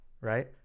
right